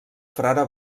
frare